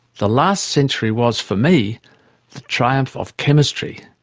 the last century was for me the triumph of chemistry,